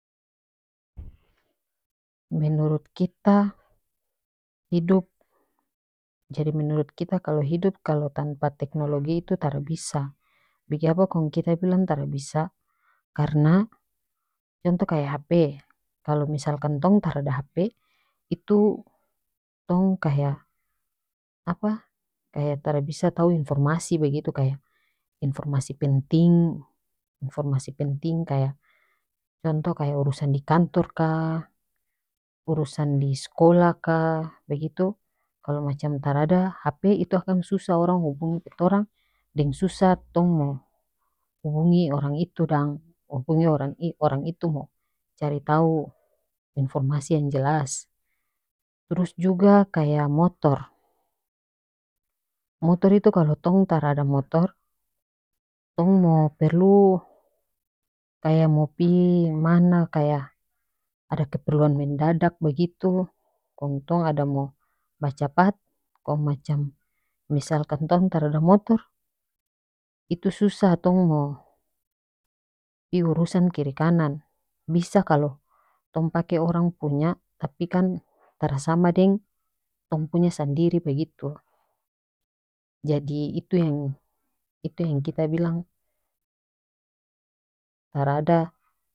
menurut kita hidup jadi menurut kita kalo hidup kalo tanpa teknologi itu tara bisa bikiapa kong kita bilang tara bisa karena contoh kaya hp kalo misalkan tong tarada hp itu tong kaya apa kaya tara bisa tau informasi bagitu kaya informasi penting informasi penting kaya contoh kaya urusan di kantor ka urusan di skolah ka bagitu kalo macam tarada hp itu akang susah orang hubungi pa torang deng susah tong mo hubungi orang itu dang hubungi orang orang itu mo cari tau informasi yang jelas trus juga kaya motor motor itu kalo tong tara ada motor tong mo perlu kaya mo pi mana kaya ada keperluan mendadak bagitu kong tong ada mo bacapat kong macam misalkan tong tara motor itu susah tong mo pi urusan kiri kanan bisa kalo tong pake orang punya tapi kan tara sama deng tong punya sandiri begitu jadi itu yang itu yang kita bilang tarada.